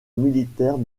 militaire